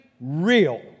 real